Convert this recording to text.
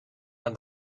and